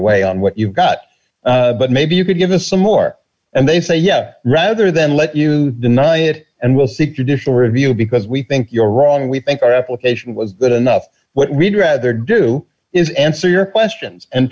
away on what you've got but maybe you could give us some more and they say yeah rather than let you deny it and we'll see judicial review because we think you're wrong we think our application was good enough what we'd rather do is answer your questions and